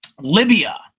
Libya